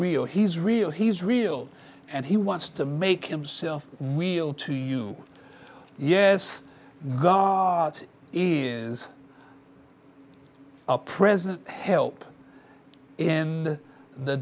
real he's real he's real and he wants to make himself we'll to you yes guard is a present help in the